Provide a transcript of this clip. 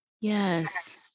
Yes